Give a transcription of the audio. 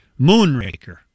Moonraker